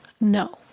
no